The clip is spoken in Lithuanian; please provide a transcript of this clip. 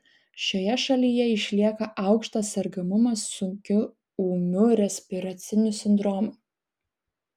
šioje šalyje išlieka aukštas sergamumas sunkiu ūmiu respiraciniu sindromu